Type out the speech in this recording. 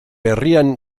herrian